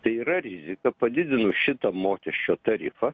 tai yra rizika padidinus šitą mokesčio tarifą